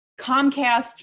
Comcast